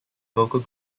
vocal